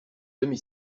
demi